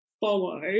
follow